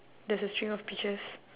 there's a string of peaches